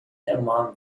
among